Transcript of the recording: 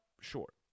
short